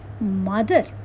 mother